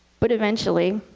but eventually,